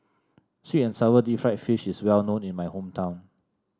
sweet and sour Deep Fried Fish is well known in my hometown